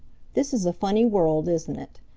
this is a funny world, isn't it?